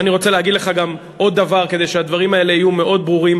ואני רוצה להגיד לך גם עוד דבר כדי שהדברים האלה יהיו מאוד ברורים,